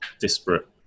disparate